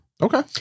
okay